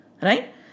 Right